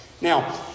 Now